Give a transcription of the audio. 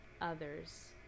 others